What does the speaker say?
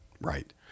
Right